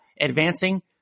advancing